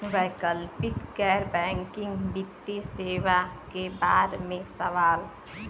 वैकल्पिक गैर बैकिंग वित्तीय सेवा के बार में सवाल?